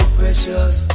precious